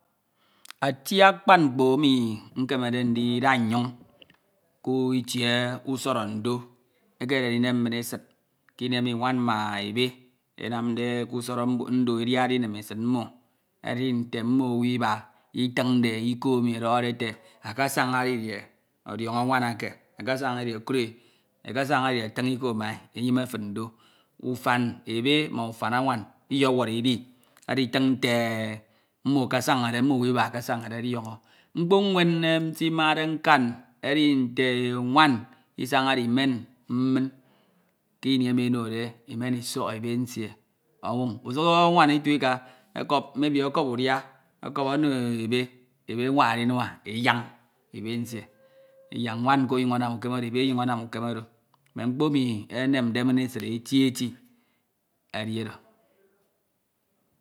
. Ati akpan mkpo emi akemede ndida nyoñ ke ite usorọ ndo ekọmede ndincin mnesid ke ini emi nwan ma ebe enamde ke usọrọ ndo ediade mem esid mmo, edi nte mmo owu iba itunde iko emi ọdọhọd e ete akasañs didie ọdiọñọ nwan eke, akasaña didie e kud e akasña didie atin iko ma e enjime fin ndo. Wfan ebe ma ufan anwn lyew ọrọ iai aditen nte mmo owu iba akasañade odiọño Mkpo nwen nsimade nkaiñ ech nte isañade imen mmin ke ini emi enode, imen isọk ebe nsie onoroñ. Usuk anwan itu ika ọkop mibi okop udia, ọkọp ono ebe, ebe anwañade mmua e nyañ ebe nbe nsie, nwan nko ọnyuñ anam oro ebe ọnyuñ anam ukem oro Mme enende min esid eti eti oro.